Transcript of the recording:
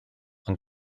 ond